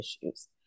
issues